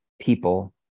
people